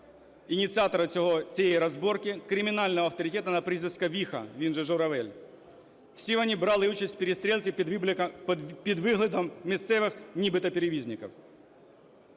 ініціатора цієї розборки, кримінального авторитета на прізвисько "Віха", він же "Журавель". Всі вони брали участь у перестрілці під виглядом місцевих нібито перевізників.